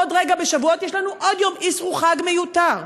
עוד רגע, בשבועות, יש לנו עוד יום אסרו חג מיותר.